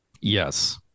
Yes